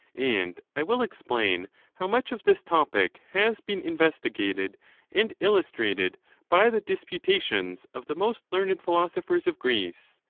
and i will explain how much of this topic has been investigated and illustrated by the disputations of the most learned philosophers. of greece,